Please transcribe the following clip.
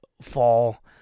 fall